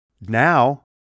now